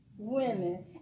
Women